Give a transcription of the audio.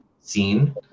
scene